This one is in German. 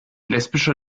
lesbischer